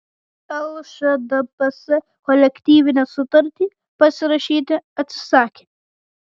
lšdps kolektyvinę sutartį pasirašyti atsisakė